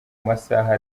masaha